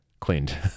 cleaned